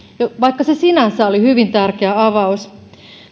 vaikka se sinänsä oli hyvin tärkeä avaus